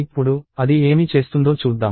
ఇప్పుడు అది ఏమి చేస్తుందో చూద్దాం